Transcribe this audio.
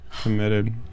Committed